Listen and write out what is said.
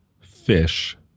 fish